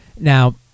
Now